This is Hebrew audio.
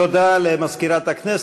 תודה למזכירת הכנסת.